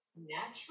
natural